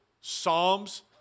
Psalms